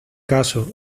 caso